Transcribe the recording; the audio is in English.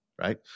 Right